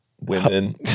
women